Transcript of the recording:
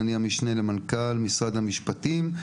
אני המשנה למנכ"ל משרד המשפטים.